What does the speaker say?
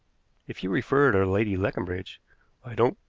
if you refer to lady leconbridge i don't.